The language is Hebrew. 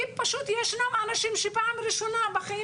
כי פשוט ישנם אנשים שפעם ראשונה בחיים